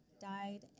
died